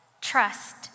Trust